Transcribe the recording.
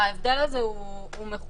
ההבדל הזה מכוון.